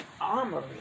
armory